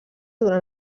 durant